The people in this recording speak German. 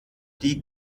die